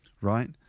right